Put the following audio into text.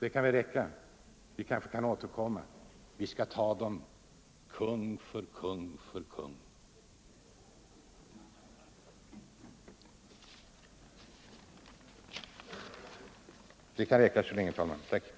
Vi kanske kan Nr 120 återkomma. Vi skulle kunna ta dem kung för kung för kung! —- Men Onsdagen den